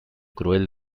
cruel